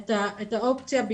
את האופציה לטפל בילדים האלה,